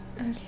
Okay